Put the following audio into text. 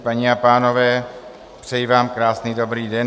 Paní a pánové, přeji vám krásný dobrý den.